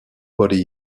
body